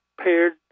paired